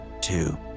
two